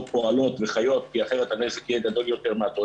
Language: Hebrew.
פועלות וחיות כי אחרת הנזק יהיה יותר גדול מהתועלת.